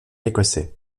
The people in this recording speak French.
écossais